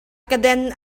kedan